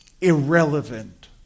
irrelevant